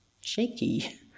shaky